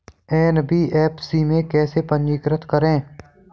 NBFC में कैसे पंजीकृत करें?